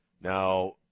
Now